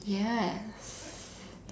ya